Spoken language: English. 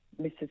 Mrs